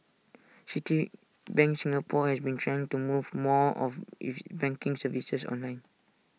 Citibank Singapore has been trying to move more of its banking services online